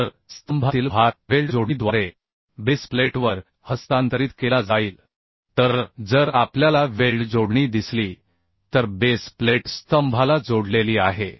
तर स्तंभातील भार वेल्ड जोडणीद्वारे बेस प्लेटवर हस्तांतरित केला जाईल तर जर आपल्याला वेल्ड जोडणी दिसली तर बेस प्लेट स्तंभाला जोडलेली आहे